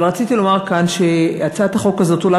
רציתי לומר כאן שהצעת החוק הזאת עולה